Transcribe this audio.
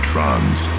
Trans